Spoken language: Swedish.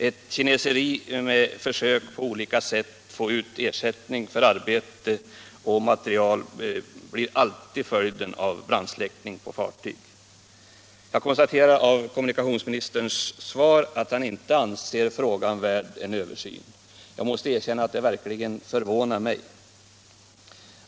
Ett kineseri med försök att på olika sätt få ut ersätgning för arbete och material blir alltid följden av brandsläckning på fartyg. Av kommunikationsministerns svar konstaterar jag att han inte anser frågan värd en översyn. Jag måste erkänna att det verkligen förvånar mig.